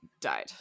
died